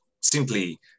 simply